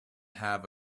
have